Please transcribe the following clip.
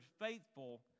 faithful